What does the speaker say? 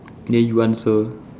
then you answer